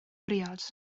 briod